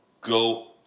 go